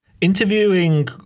Interviewing